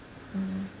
mm